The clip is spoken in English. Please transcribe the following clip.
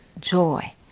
joy